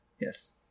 Yes